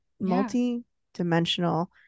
multi-dimensional